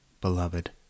beloved